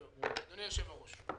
אדוני היושב-ראש,